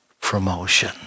promotion